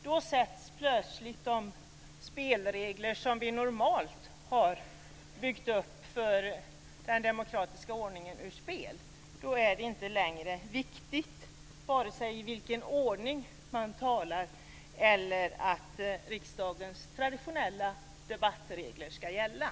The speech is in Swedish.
Då sätts plötsligt de spelregler som vi normalt har byggt upp för den demokratiska ordningen ur spel. Då är det inte längre viktigt vare sig i vilken ordning man talar eller att riksdagens traditionella debattregler ska gälla.